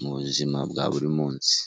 mu buzima bwa buri munsi.